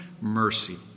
Mercy